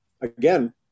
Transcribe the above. again